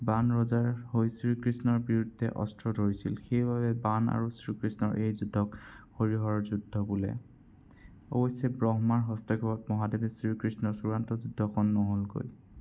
বান ৰজাৰ হৈ শ্ৰীকৃষ্ণৰ বিৰুদ্ধে অস্ত্ৰ ধৰিছিল সেই বাবে বান আৰু শ্ৰীকৃষ্ণৰ এই যুদ্ধক হৰি হৰৰ যুদ্ধ বোলে অৱশ্যে ব্ৰহ্মাৰ হস্তক্ষেপত মহাদেৱে শ্ৰীকৃষ্ণৰ চুৰান্ত যুদ্ধখন নহ'লগৈ